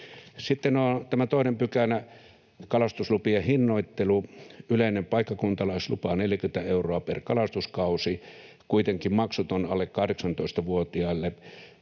Sitten on tämä toinen pykälä, ”Kalastuslupien hinnoittelu”: Yleinen paikkakuntalaislupa on 40 euroa per kalastuskausi, kuitenkin maksuton alle 18-vuotiaille,